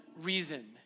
reason